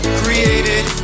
created